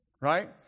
Right